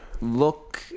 look